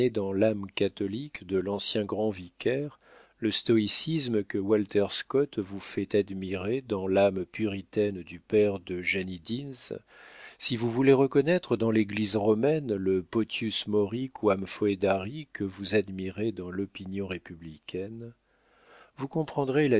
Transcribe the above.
dans l'âme catholique de l'ancien grand vicaire le stoïcisme que walter scott vous fait admirer dans l'âme puritaine du père de jeanie deans si vous voulez reconnaître dans l'église romaine le potiùs mori quàm fœdari que vous admirez dans l'opinion républicaine vous comprendrez la